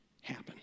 happen